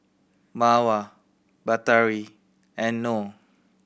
Mawar Batari and Noh